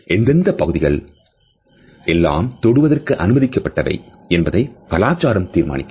எந்தெந்த பகுதிகள் எல்லாம் தொடுவதற்கு அனுமதிக்கப்பட்டவை என்பதை கலாச்சாரம் தீர்மானிக்கிறது